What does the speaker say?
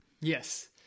Yes